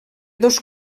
dos